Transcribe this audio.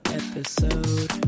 episode